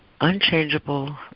unchangeable